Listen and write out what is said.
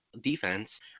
defense